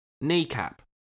kneecap